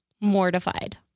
mortified